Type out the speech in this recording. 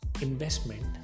investment